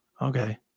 Okay